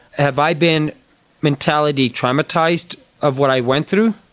have i been mentality traumatised of what i went through?